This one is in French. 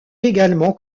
également